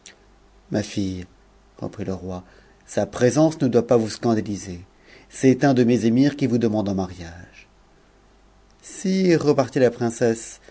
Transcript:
ma fille reprit le roi sa présence ne doit pas vous scandaliser c'est m de mes émirs qui vous demande en mariage sire repartit la princesse